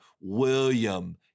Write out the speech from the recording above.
William